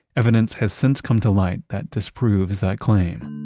evidence has since come to light that disproves that claim